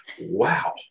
Wow